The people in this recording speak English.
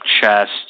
chest